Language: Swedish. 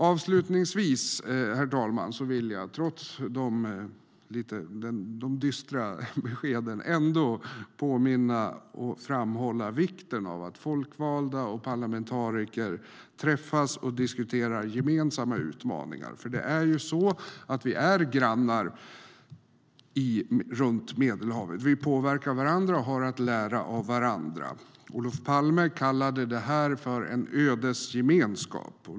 Avslutningsvis, herr talman, vill jag, trots de dystra beskeden, ändå framhålla vikten av att folkvalda och parlamentariker träffas och diskuterar gemensamma utmaningar. Vi är ju grannar runt Medelhavet. Vi påverkar varandra och har att lära av varandra. Olof Palme kallade det en ödesgemenskap.